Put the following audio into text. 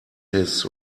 his